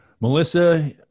Melissa